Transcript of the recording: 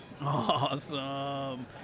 Awesome